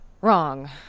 Wrong